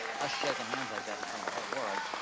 us shaking hands like that in front of the whole world.